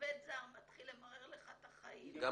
שעובד זר מתחיל למרר לך את החיים בשביל שתפטר אותו.